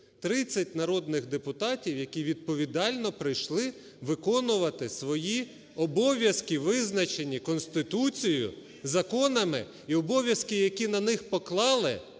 30 народних депутатів, які відповідально прийшли виконувати свої обов'язки, визначені Конституцією, законами і обов'язки, які на них поклали